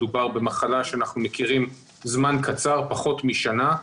מדובר במחלה שאנחנו מכירים זמן קצר, פחות משנה.